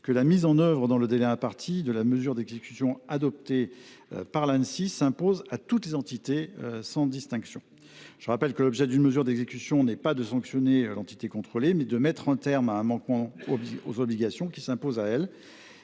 que la mise en œuvre dans le délai imparti de la mesure d’exécution adoptée par l’Anssi s’impose à toutes les entités sans distinction. Je rappelle que l’objet d’une mesure d’exécution est non de sanctionner l’entité contrôlée, mais de mettre en terme à un manquement aux obligations qui s’imposent à elle,